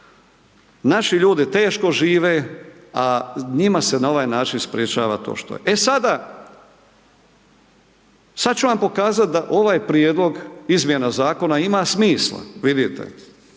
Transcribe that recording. Naši ljudi teško žive, a njima se na ovaj način sprječava to što je. E sada, sad ću vam pokazat da ovaj prijedlog izmjena zakona ima smisla, vidite,